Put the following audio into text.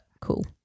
cool